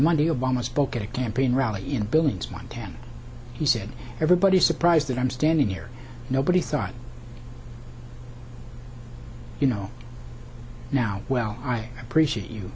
monday obama spoke at a campaign rally in billings montana he said everybody surprised that i'm standing here nobody thought you know now well i appreciate you